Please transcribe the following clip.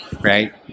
right